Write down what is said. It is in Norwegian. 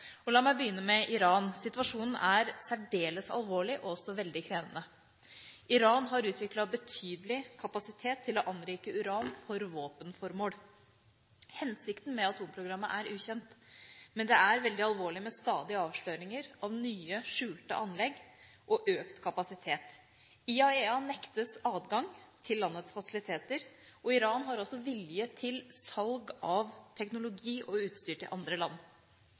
La meg begynne med Iran. Situasjonen er særdeles alvorlig og også veldig krevende. Iran har utviklet betydelig kapasitet til å anrike uran for våpenformål. Hensikten med atomprogrammet er ukjent, men det er veldig alvorlig med stadige avsløringer av nye, skjulte anlegg og økt kapasitet. IAEA nektes adgang til landets fasiliteter, og Iran har også vilje til salg av teknologi og utstyr til andre land.